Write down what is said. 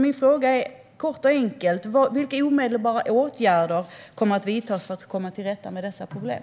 Min fråga är, kort och enkelt: Vilka omedelbara åtgärder kommer att vidtas för att komma till rätta med dessa problem?